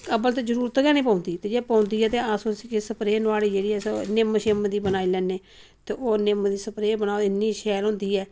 अब्बल ते जरूरत के नी पौंदी ते जे पौंदी ऐ ते उसी स्प्रे नुआढ़ी जेह्ड़ी अस निम्म शिम्म दी बनाई लैन्ने ते ओह् निम्म दी स्प्रे बनाओ इन्नी शैल हुंदी ऐ